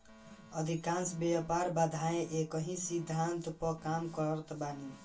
अधिकांश व्यापार बाधाएँ एकही सिद्धांत पअ काम करत बानी